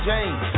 James